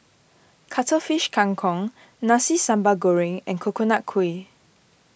Cuttlefish Kang Kong Nasi Sambal Goreng and Coconut Kuih